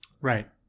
Right